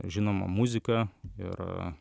žinoma muzika ir